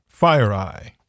FireEye